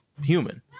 human